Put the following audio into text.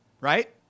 right